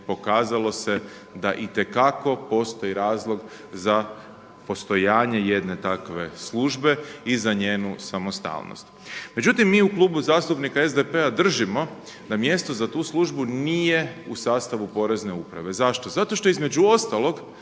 pokazalo se da itekako postoji razlog za postojanje jedne takve službe i za njenu samostalnost. Međutim, mi u Klubu zastupnika SDP-a držimo da mjesto za tu službu nije u sastavu porezne upravo. Zašto? Zato što između ostalog